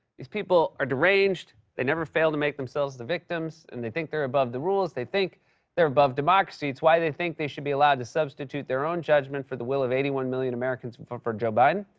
these people are deranged. they never fail to make themselves the victims. and they think they're above the rules. they think they're above democracy. it's why they think they should be allowed to substitute their own judgment for the will of eighty one million americans who voted for joe biden.